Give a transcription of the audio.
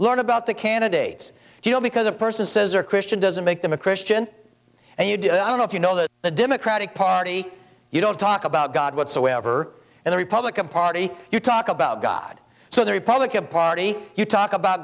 learn about the candidates you know because a person says or christian doesn't make them a christian and you don't know if you know that the democratic party you don't talk about god whatsoever and the republican party you talk about god so the republican party you talk about